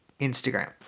instagram